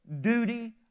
duty